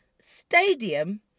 stadium